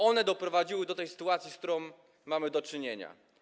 One doprowadziły do tej sytuacji, z którą mamy do czynienia.